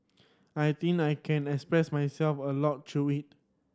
I think I can express myself a lot through it